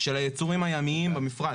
של היצורים הימיים במפרץ,